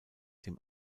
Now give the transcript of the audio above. dem